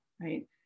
right